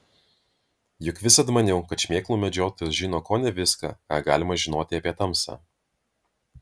juk visad maniau kad šmėklų medžiotojas žino kone viską ką galima žinoti apie tamsą